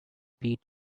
peat